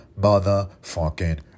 motherfucking